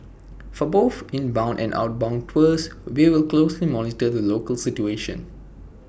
for both inbound and outbound tours we will closely monitor the local situation